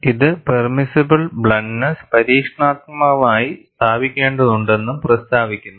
ഇത് permissible bluntness പരീക്ഷണാത്മകമായി സ്ഥാപിക്കേണ്ടതുണ്ടെന്നും പ്രസ്താവിക്കുന്നു